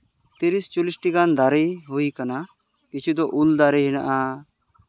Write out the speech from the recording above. ᱛᱤᱨᱤᱥ ᱪᱚᱞᱞᱤᱥᱴᱤ ᱜᱟᱱ ᱫᱟᱨᱮ ᱦᱩᱭ ᱠᱟᱱᱟ ᱠᱤᱪᱷᱩ ᱫᱚ ᱩᱞ ᱫᱟᱨᱮ ᱦᱮᱱᱟᱜᱼᱟ